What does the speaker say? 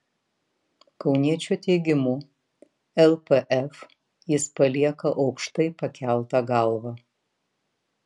kauniečio teigimu lpf jis palieka aukštai pakelta galva